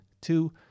two